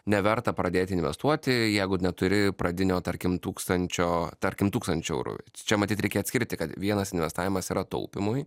neverta pradėti investuoti jeigu neturi pradinio tarkim tūkstančio tarkim tūkstančio eurų čia matyt reikia atskirti kad vienas investavimas yra taupymui